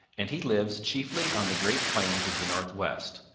and he lives chiefly on the great plains of the northwest,